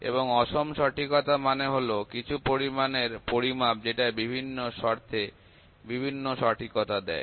এবং অসম সঠিকতা মানে হল কিছু পরিমাণ এর পরিমাপ যেটা বিভিন্ন শর্তে বিভিন্ন সঠিকতা দেয়